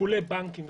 עיקולי בנקים,